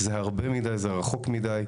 זה הרבה מידי וזה רחוק מידי.